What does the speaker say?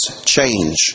change